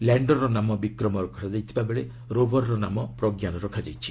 ଲ୍ୟାଣ୍ଡରର ନାମ ବିକ୍ରମ ରଖାଯାଇଥିବାବେଳେ ରୋବରର ନାମ ପ୍ରଜ୍ଞାନ ରଖାଯାଇଛି